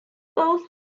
both